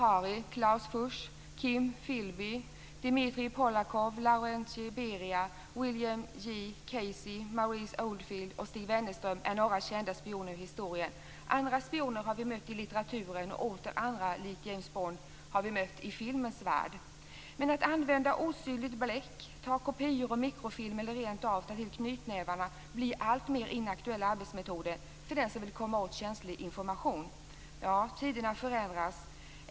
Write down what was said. Oldfield och Stig Wennerström är några kända spioner i historien. Andra spioner har vi mött i litteraturen och åter andra, likt James Bond, har vi mött i filmens värld. Men att använda osynligt bläck, ta kopior med mikrofilm eller rent av ta till knytnävarna, blir alltmer inaktuella arbetsmetoder för den som vill komma åt känslig information. Ja, tiderna förändras.